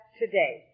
today